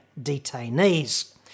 detainees